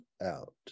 out